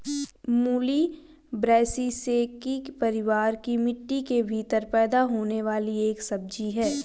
मूली ब्रैसिसेकी परिवार की मिट्टी के भीतर पैदा होने वाली एक सब्जी है